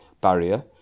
barrier